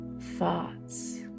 thoughts